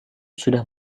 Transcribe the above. sudah